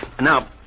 Now